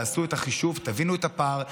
תעשו את החישוב, תבינו את הפער.